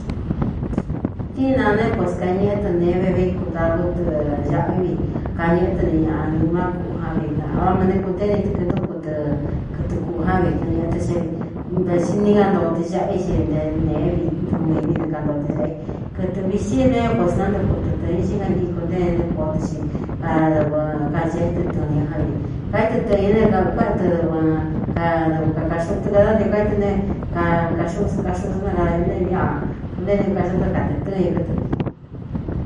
Diina né é pues kañēꞌé tɨ nēé vevií kudadú tɨ ñaꞌ í vi kañēꞌé tɨ ni ñaꞌa nimá kuꞌu ján vi vá ma né kuntée ni tɨkɨntúku tɨ kɨtɨ kuꞌū ján vi ka ñēꞌé ta xíá vi vati ní ngantoo tɨ caꞌa i xi nte nēé vi ntuu ivi dɨkantoo tɨ ñaꞌa i kɨtɨ vixí neeé pues nántuku tɨ tɨ̄ñɨ cí kan ii kuntéeni nɨ kōó tɨ xi adɨvɨ kanchié ítɨ tɨ̄ñɨ ján vi kaítɨ tɨ̄ñɨ né kuéꞌen tɨdɨvɨ kadɨvɨ kaka xuꞌu tɨ kadá ntio kaítɨ ne kakaxuꞌu saka xuꞌu sá na kadañūꞌ néu ñaꞌaa kuntéeni kukaxáꞌú tɨ kātee tɨ́ñɨ kɨtɨ vi.